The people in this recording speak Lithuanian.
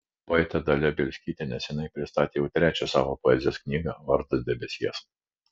poetė dalia bielskytė neseniai pristatė jau trečiąją savo poezijos knygą vardas debesies